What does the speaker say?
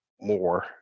more